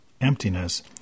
emptiness